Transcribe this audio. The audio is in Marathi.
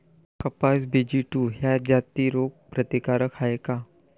कपास बी.जी टू ह्या जाती रोग प्रतिकारक हाये का?